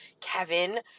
Kevin